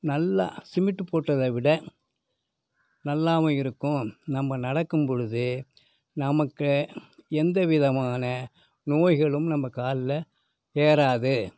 நல்லா சிமிண்ட்டு போட்டதை விட நல்லாயும் இருக்கும் நம்ப நடக்கும்பொழுது நமக்கு எந்த விதமான நோய்களும் நம்ப காலில் ஏறாது